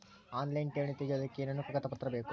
Online ಠೇವಣಿ ತೆಗಿಯೋದಕ್ಕೆ ಏನೇನು ಕಾಗದಪತ್ರ ಬೇಕು?